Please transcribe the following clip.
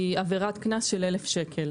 היא עבירת קנס של 1,000 שקל.